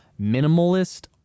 minimalist